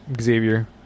Xavier